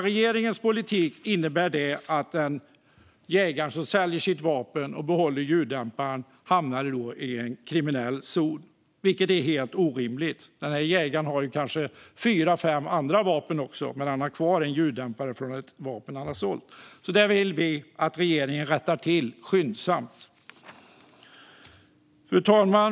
Regeringens politik innebär att jägaren som säljer sitt vapen och behåller ljuddämparen hamnar i en kriminell zon, vilket är helt orimligt. Den här jägaren har kanske fyra fem andra vapen också, men han har kvar en ljuddämpare från ett vapen han har sålt. Detta vill vi att regeringen rättar till skyndsamt. Fru talman!